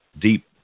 deep